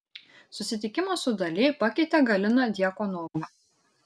susitikimas su dali pakeitė galiną djakonovą